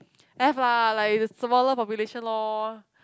have lah like it's a smaller population lor